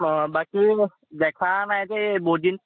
অঁ বাকী দেখা নাই যে বহুদিন